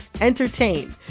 entertain